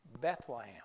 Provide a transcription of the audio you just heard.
Bethlehem